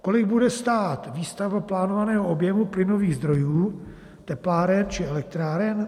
Kolik bude stát výstavba plánovaného objemu plynových zdrojů tepláren či elektráren?